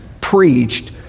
preached